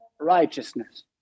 righteousness